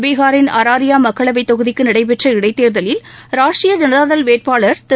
பீகாரின் அராரியா மக்களவை தொகுதிக்கு நடைபெற்ற இடைத்தோதலில் ராஷ்டிரிய ஜனதாதள் வேட்பாளா திரு